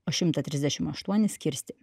o šimtą trisdešim aštuonis kirsti